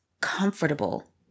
comfortable